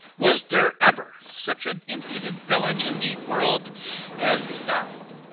was there ever such an impudent villain in the world as thou?